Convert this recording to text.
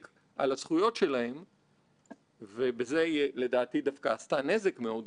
במקביל ב-1914 יצא ספרו המונומנטלי של לואיס ברנדייס,